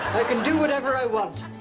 i can do whatever i want.